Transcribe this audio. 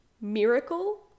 Miracle